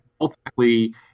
ultimately